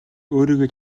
өөрийгөө